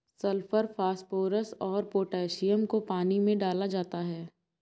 sulphur phosphorus और potassium को पानी में डाला जाता है